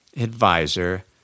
advisor